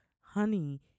honey